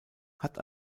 hat